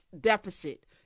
deficit